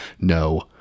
no